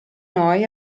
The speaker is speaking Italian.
noi